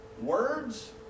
Words